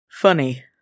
Funny